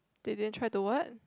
they didn't try to what